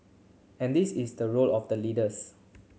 and this is the role of the leaders